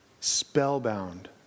spellbound